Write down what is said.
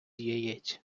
яєць